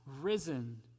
risen